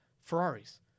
ferraris